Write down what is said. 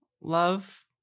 love